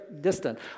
distant